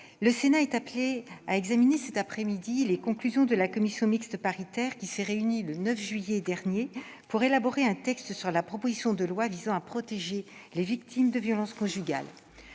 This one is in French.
le Sénat est appelé à examiner cette après-midi les conclusions de la commission mixte paritaire (CMP) qui s'est réunie le 9 juillet dernier pour élaborer un texte sur la proposition de loi visant à protéger les victimes de violences conjugales.